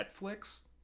Netflix